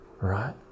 right